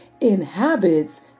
inhabits